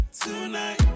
tonight